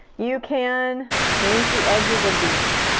you can paint the edges of these.